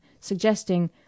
suggesting